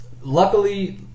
luckily